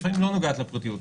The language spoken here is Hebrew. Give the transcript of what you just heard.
לפעמים לא נוגעת לפרטיות,